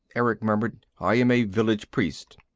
erick murmured. i am a village priest.